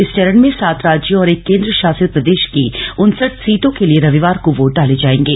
इस चरण में सात राज्यों और एक केन्द्र शासित प्रदेश की उनसठ सीटों के लिये रविवार को वोट डाले जाएंगे